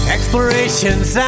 Explorations